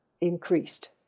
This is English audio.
increased